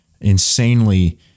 insanely